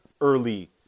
early